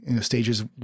stages